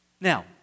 Now